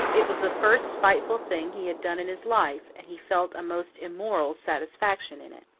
it was the first spiteful thing he had done in his life, and he felt a most immoral satisfaction in it.